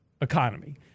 economy